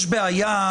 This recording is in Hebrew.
עונה.